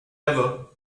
ever